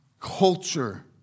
culture